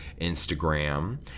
Instagram